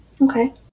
Okay